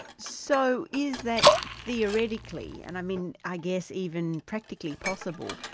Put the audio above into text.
so is that theoretically, and i mean i guess even practically possible,